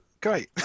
great